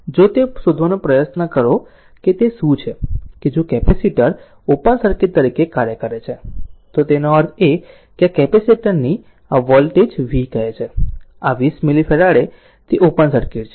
આમ જો તે શોધવાનો પ્રયાસ કરો કે તે શું છે કે જો કેપેસિટર ઓપન સર્કિટ તરીકે કાર્ય કરે છે તો તેનો અર્થ એ કે આ કેપેસિટર ની આ વોલ્ટેજ v કહે છે આ 20 મિલિફેરાડે તે ઓપન સર્કિટ છે